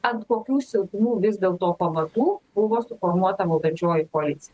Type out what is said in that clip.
ant kokių silpnų vis dėlto pamatų buvo suformuota valdančioji koalicija